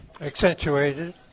accentuated